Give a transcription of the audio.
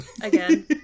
again